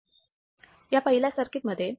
या पहिल्या सर्किटमध्ये तुम्हाला काय दिसत आहे